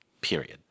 period